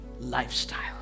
lifestyle